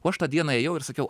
o aš tą dieną ėjau ir sakiau